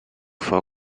for